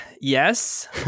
Yes